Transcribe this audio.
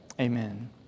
Amen